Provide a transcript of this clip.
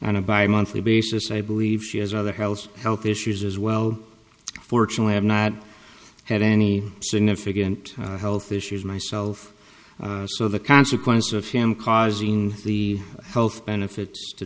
a by a monthly basis i believe she has other house health issues as well fortunately have not had any significant health issues myself so the consequence of him causing the health benefits to